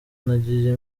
nagiye